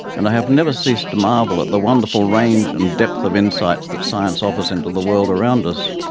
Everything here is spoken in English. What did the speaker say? and i have never ceased to marvel at the wonderful range and depth of insights that science offers into the world around us.